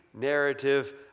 narrative